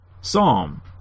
Psalm